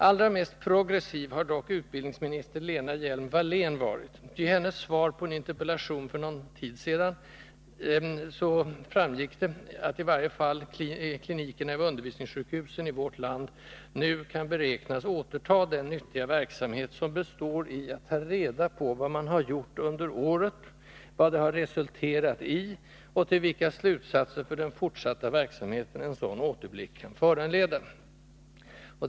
Allra mest progressiv har dock utbildningsminister Lena Hjelm-Wallén varit, ty av hennes svar på en interpellation för någon tid sedan framgick att i varje fall klinikerna vid undervisningssjukhusen i vårt land nu beräknas återta den nyttiga verksamhet som består i att ta reda på vad man har gjort under året, vad det har resulterat i och till vilka slutsatser för den fortsatta verksamheten en sådan återblick han föranleda.